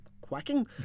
Quacking